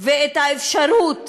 ואת האפשרות